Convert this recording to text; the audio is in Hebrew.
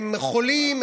הם חולים,